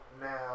now